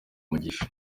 umugisha